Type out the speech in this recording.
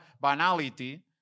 banality